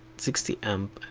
sixty a,